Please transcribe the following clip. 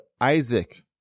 Isaac